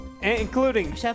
Including